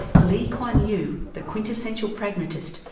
lee kuan yew, the quintessential pragmatist,